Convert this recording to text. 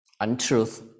untruth